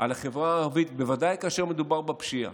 על החברה הערבית, בוודאי כאשר מדובר בפשיעה,